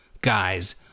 guys